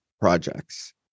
projects